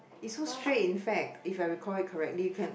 it's so straight in fact if I recall it correctly you can